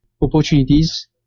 opportunities